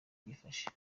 byifashe